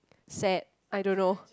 sad I don't know